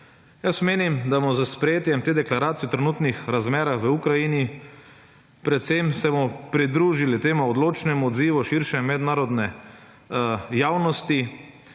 Jaz menim, da bomo s sprejetjem te deklaracije o trenutnih razmerah v Ukrajini, predvsem se bomo pridružili tem odločnem odzivu širše mednarodne javnosti,